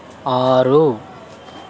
ఆరు